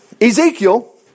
Ezekiel